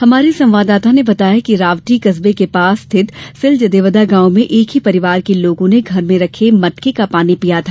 हमारे संवाददाता ने बताया है कि रावटी कस्बे के पास स्थित सेल जदेवदा गांव में एक ही परिवार के लोगों ने घर में रखे मटके का पानी पिया था